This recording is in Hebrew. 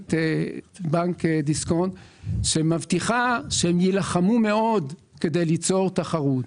מנכ"לית בנק דיסקונט שמבטיחה שהם יילחמו מאוד כדי ליצור תחרות.